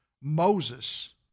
Moses